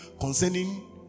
concerning